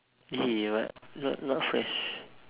!ee! what not not fresh